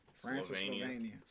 Slovenia